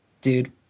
dude